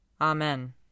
Amen